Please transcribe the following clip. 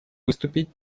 выступить